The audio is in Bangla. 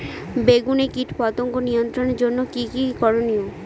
বেগুনে কীটপতঙ্গ নিয়ন্ত্রণের জন্য কি কী করনীয়?